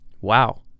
Wow